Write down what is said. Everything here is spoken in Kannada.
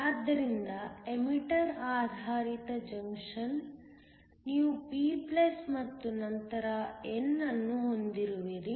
ಆದ್ದರಿಂದ ಎಮಿಟರ್ ಆಧಾರಿತ ಜಂಕ್ಷನ್ ನೀವು p ಮತ್ತು ನಂತರ n ಅನ್ನು ಹೊಂದಿರುವಿರಿ